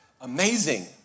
amazing